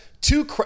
two